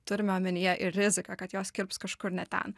turime omenyje ir riziką kad jos kirps kažkur ne ten